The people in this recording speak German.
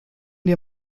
dir